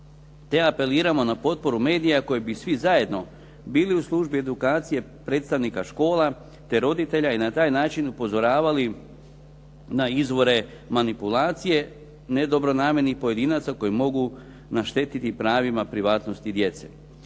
te apeliramo na potporu medija koji bi svi zajedno bili u službi edukacije predstavnika škola te roditelja i na taj način upozoravali na izvore manipulacije nedobronamjernih pojedinaca koji mogu naštetiti pravima privatnosti djece.